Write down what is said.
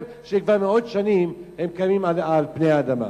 שכבר מאות שנים הם קיימים על פני האדמה.